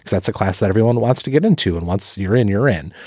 that's a class that everyone wants to get into. and once you're in, you're in.